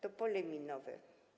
To pole minowe.